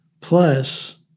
Plus